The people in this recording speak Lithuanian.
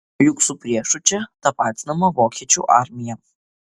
juk su priešu čia tapatinama vokiečių armija